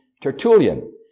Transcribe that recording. Tertullian